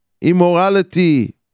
immorality